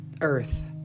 Earth